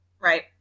Right